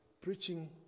preaching